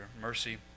mercy